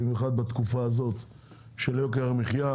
במיוחד בתקופה הזאת של יוקר המחייה,